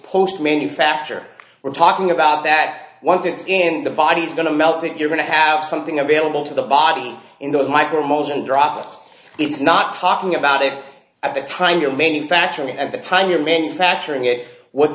post manufacture we're talking about that once it's in the body's going to melt it you're going to have something available to the body in those micro modes and dropped it's not talking about it at the time you're manufacturing at the time you're manufacturing it what